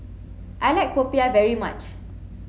I like Popiah very much